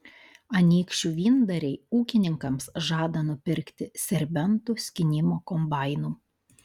anykščių vyndariai ūkininkams žada nupirkti serbentų skynimo kombainų